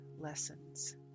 lessons